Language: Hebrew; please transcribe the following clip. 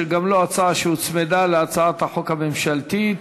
שגם לו הצעה שהוצמדה להצעת החוק הממשלתית.